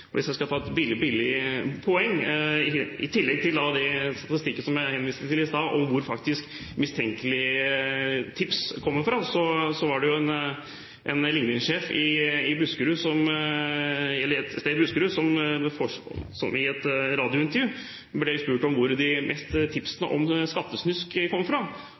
ikke. Hvis jeg skal ta et billig poeng: I tillegg til den statistikken som jeg henviste til i stad, om hvor mistenkelige tips faktisk kommer fra, var det en ligningssjef et sted i Buskerud som i et radiointervju ble spurt om hvor de beste tipsene om skattesnusk kom fra.